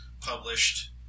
published